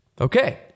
Okay